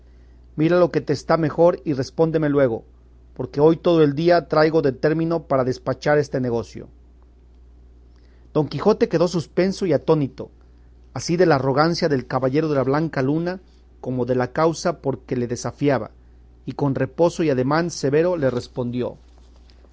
mira lo que te está mejor y respóndeme luego porque hoy todo el día traigo de término para despachar este negocio don quijote quedó suspenso y atónito así de la arrogancia del caballero de la blanca luna como de la causa por que le desafiaba y con reposo y ademán severo le respondió